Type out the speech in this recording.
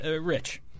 Rich